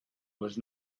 was